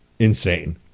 insane